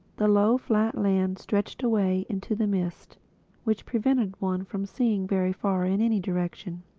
the low flat land stretched away into the mist which prevented one from seeing very far in any direction.